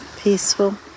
peaceful